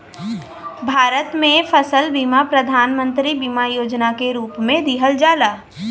भारत में फसल बीमा प्रधान मंत्री बीमा योजना के रूप में दिहल जाला